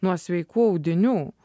nuo sveikų audinių